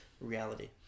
reality